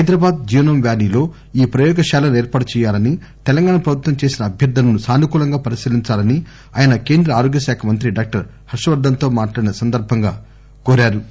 Hyderabad genome వ్యాలీలో ఈ ప్రయోగశాలను ఏర్పాటు చేయాలని తెలంగాణ ప్రభుత్వం చేసిన అభ్యర్ధనను సానుకూలంగా పరిశీలించాలని ఆయన కేంద్ర ఆరోగ్యశాఖ మంత్రి డాక్టర్ హర్వవర్దన్ తో మాట్లాడిన సందర్భంగా కోరారు